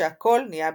שהכל נהיה בדברו.